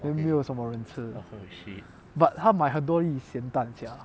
then 没有什么人吃 but 她买很多粒咸蛋 sia